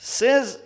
says